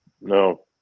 No